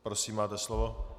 Prosím, máte slovo.